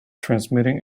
transmitting